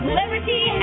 liberty